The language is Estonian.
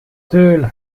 tööl